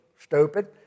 Stupid